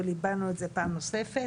וליבנו את זה פעם נוספת.